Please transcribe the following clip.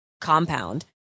compound